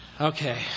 Okay